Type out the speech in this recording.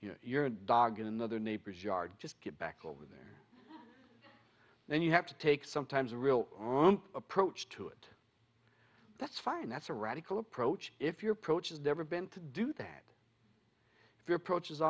you know your dog is another neighbor's yard just get back over there and you have to take sometimes a real approach to it that's fine that's a radical approach if you're pro choice never been to do that if your approach